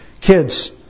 Kids